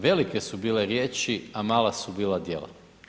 Velike su bile riječi, a mala su bila djela.